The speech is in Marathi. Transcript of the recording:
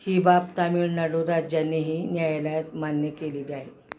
ही बाब तामिळनाडू राज्यानेही न्यायालयात मान्य केलेली आहे